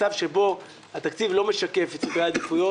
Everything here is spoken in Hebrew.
מצב שבו התקציב לא משקף את סדרי העדיפויות,